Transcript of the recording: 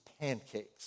pancakes